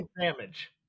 damage